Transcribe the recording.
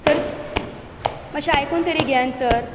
sir मातशें आयकून तरी घेयात सर